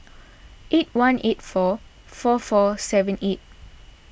eight one eight four four four seven eight